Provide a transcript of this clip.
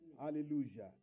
Hallelujah